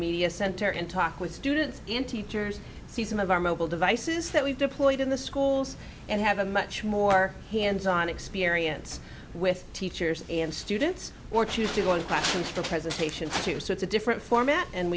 media center and talk with students and teachers see some of our mobile devices that we've deployed in the schools and have a much more hands on experience with teachers and students or to do one question for presentation two so it's a different format and